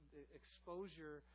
exposure